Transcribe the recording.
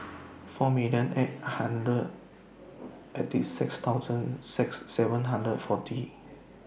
four million eight hundred eighty six thousand six seven hundred forty